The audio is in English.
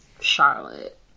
Charlotte